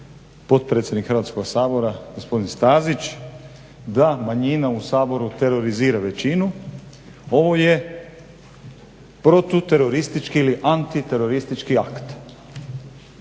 potpredsjednik Hrvatskoga sabora gospodin Stazić da manjina u Saboru terorizira većinu ovo je protuteroristički ili antiteroristički akt.